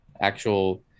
actual